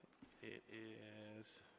it is.